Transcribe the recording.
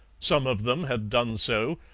some of them had done so,